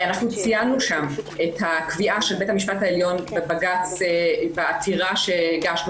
אנחנו ציינו שם את הקביעה של בית המשפט העליון בבג"ץ בעתירה שהגשנו